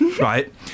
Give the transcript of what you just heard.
right